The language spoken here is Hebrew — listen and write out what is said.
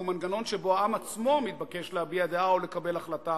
הוא מנגנון שבו העם עצמו מתבקש להביע דעה או לקבל החלטה